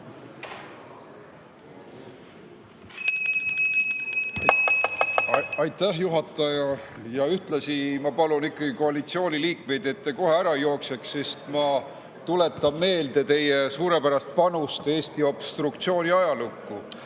Aitäh, juhataja! Ühtlasi ma palun ikkagi koalitsiooni liikmeid, et nad kohe ära ei jookseks. Ma tuletan meelde teie suurepärast panust Eesti obstruktsiooni ajalukku.